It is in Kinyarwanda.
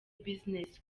business